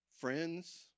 friends